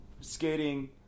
skating